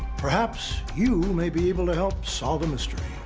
perhaps, you may be able to help solve a mystery.